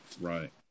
Right